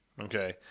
Okay